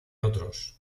otros